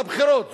הבחירות,